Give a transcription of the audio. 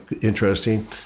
interesting